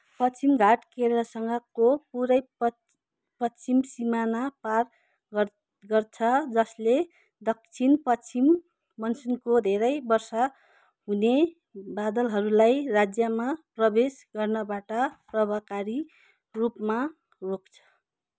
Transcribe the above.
पश्चिमी घाटले केरलासँगको पुरै पश्चिम सीमाना पार गर्छ जसले दक्षिणपश्चिम मनसुनको धेरै वर्षा हुने बादलहरूलाई राज्यमा प्रवेश गर्नबाट प्रभाकारी रूपमा रोक्छ